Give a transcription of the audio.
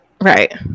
right